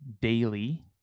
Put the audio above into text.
daily